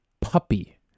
puppy